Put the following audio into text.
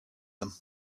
them